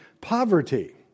poverty